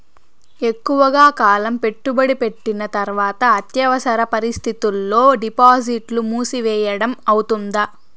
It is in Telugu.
ఎక్కువగా కాలం పెట్టుబడి పెట్టిన తర్వాత అత్యవసర పరిస్థితుల్లో డిపాజిట్లు మూసివేయడం అవుతుందా?